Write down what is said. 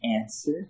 Answer